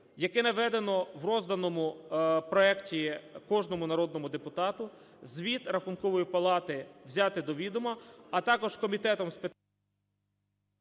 яке наведене в розданому проекті кожному народному депутату: звіт Рахункової палати взяти до відома. А також Комітетом з....